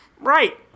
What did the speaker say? Right